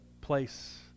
place